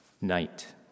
night